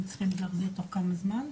הם צריכים לחזור אליכם תוך זמן מסוים?